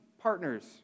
partners